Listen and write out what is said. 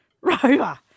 Rover